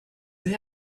they